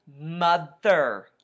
mother